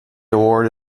award